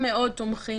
מה זאת אומרת?